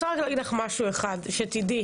אבל אני רוצה רגע להגיד לך משהו אחד, שתדעי.